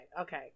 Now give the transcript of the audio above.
Okay